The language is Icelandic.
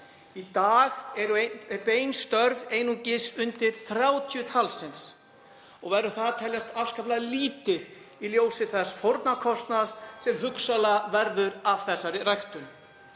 Í dag eru bein störf einungis um 30 og verður það að teljast afskaplega lítið í ljósi þess fórnarkostnaðar sem hugsanlega verður af þessari ræktun.